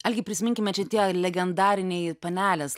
algi prisiminkime čia tie legendariniai panelės